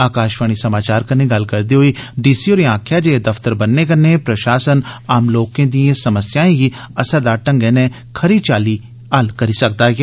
आकाशवाणी समाचार कन्नै गल्ल करदे होई डीसी होरें आक्खेआ जे एह् दफ्तर बनने कन्नै प्रशासन आम लोकें दी समस्याएं गी असरदार ढंगै नै होर खरी चाल्ली हल्ल करी सकदा ऐ